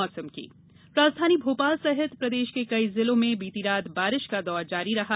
मौसम राजधानी भोपाल सहित प्रदेश के कई जिलों में बीती रात बारिश का दौर जारी रहा